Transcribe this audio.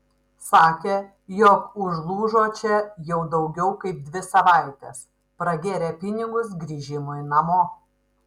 sakė jog užlūžo čia jau daugiau kaip dvi savaites pragėrė pinigus grįžimui namo